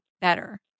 better